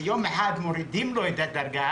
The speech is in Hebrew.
ויום אחד מורידים לו את הדרגה,